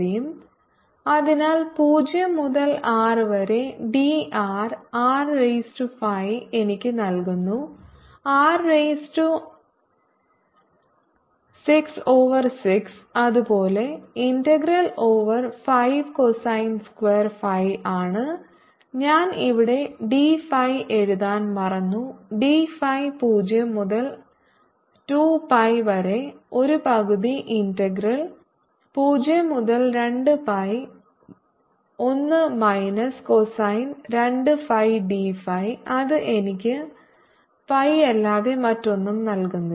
dmCr5sin3cosθcos2ϕdrdθdϕ MC0Rdr r50dθθ|cosθ|02πϕdϕ അതിനാൽ 0 മുതൽ R വരെ dr r rise to phi എനിക്ക് നൽകുന്നു R റൈസ് ടു 6 ഓവർ 6 അതുപോലെ integral over 5 cosine square phi ആണ് ഞാൻ ഇവിടെ d phi എഴുതാൻ മറന്നു d phi 0 മുതൽ 2 pi വരെ 1 പകുതി ഇന്റഗ്രൽ 0 മുതൽ 2 pi 1 minus cosine 2 phi d phi അത് എനിക്ക് പൈയല്ലാതെ മറ്റൊന്നും നൽകുന്നില്ല